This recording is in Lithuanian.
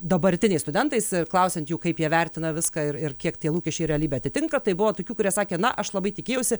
dabartiniais studentais ir klausiant jų kaip jie vertina viską ir ir kiek tie lūkesčiai realybę atitinka tai buvo tokių kurie sakė na aš labai tikėjausi